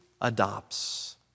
adopts